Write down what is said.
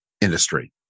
industry